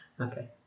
Okay